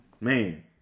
Man